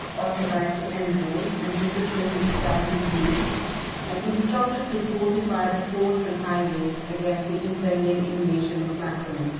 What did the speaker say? authorized to enroll and discipline the italian youth and instructed to fortify the ports and highways, against the impending invasion of maximin.